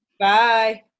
Bye